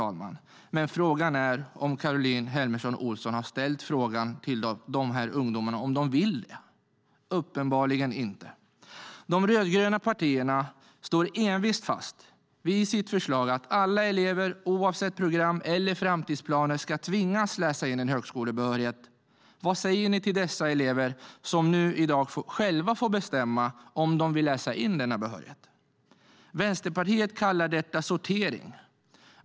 Men frågan är om hon har ställt frågan till dessa ungdomar om de vill det. Uppenbarligen har hon inte gjort det. De rödgröna partierna står envist fast vid sitt förslag att alla elever, oavsett program eller framtidsplaner, ska tvingas läsa in en högskolebehörighet. Vad säger ni till de elever som i dag själva får bestämma om de vill läsa in denna behörighet? Vänsterpartiet kallar detta för sortering.